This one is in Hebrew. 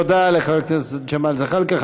תודה לחבר הכנסת ג'מאל זחאלקה.